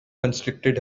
constricted